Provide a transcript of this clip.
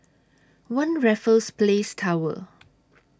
one Raffles Place Tower